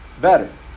better